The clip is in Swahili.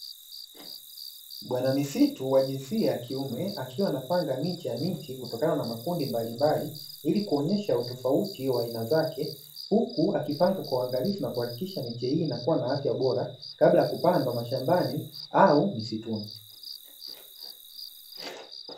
Bwana misituu wa jinsiia ya kiume, akiwa anapanga miche ya miti kutokana na makundi mbalimbali, ili kuonyesha utofauti wa aina zake huku akipanga kwa uangalifu na kuhakikisha miche hii inakuwa na afya bora kabla ya kupandwa mashambani au misituni.